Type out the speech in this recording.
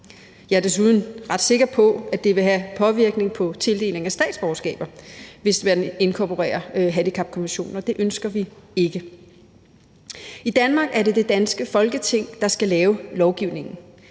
Jeg er desuden ret sikker på, at det vil have påvirkning på tildelingen af statsborgerskaber, hvis man inkorporerer handicapkonventionen, og det ønsker vi ikke. I Danmark er det det danske Folketing, der skal lave lovgivningen.